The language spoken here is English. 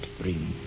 bring